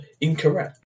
incorrect